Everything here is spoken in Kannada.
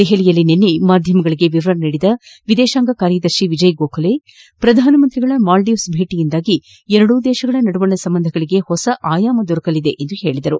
ದೆಹಲಿಯಲ್ಲಿ ನಿನ್ನೆ ಮಾಧ್ಯಮಗಳಿಗೆ ವಿವರ ನೀಡಿದ ವಿದೇಶಾಂಗ ಕಾರ್ಯದರ್ಶಿ ವಿಜಯ್ ಗೋಖಲೆ ಪ್ರಧಾನಿ ಅವರ ಮಾಲ್ಡೀವ್ಸ್ ಭೇಟಿಯಿಂದಾಗಿ ಎರಡೂ ದೇಶಗಳ ನಡುವಿನ ಸಂಬಂಧಗಳಿಗೆ ಹೊಸ ಆಯಾಮ ದೊರಕಲಿದೆ ಎಂದರು